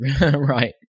right